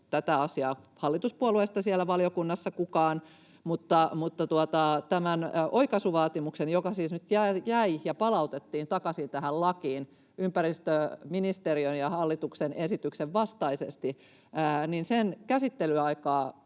tätä asiaa hallituspuolueista kukaan siellä valiokunnassa — on tämä oikaisuvaatimus, joka siis nyt jäi ja palautettiin takaisin tähän lakiin ympäristöministeriön ja hallituksen esityksen vastaisesti. Sen käsittelyaikaa,